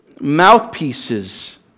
mouthpieces